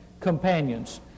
companions